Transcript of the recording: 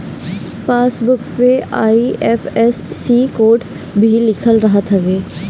passbook पअ IFSC code भी लिखल रहत हवे